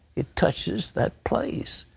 it touches that place.